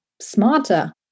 smarter